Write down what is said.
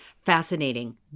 Fascinating